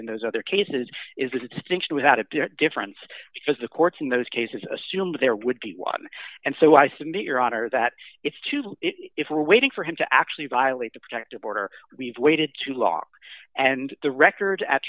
in those other cases is a distinction without a difference because the courts in those cases assumed there would be one and so i submit your honor that it's to do if we're waiting for him to actually violate the protective order we've waited too long and the record at